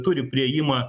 turi priėjimą